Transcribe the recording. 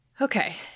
Okay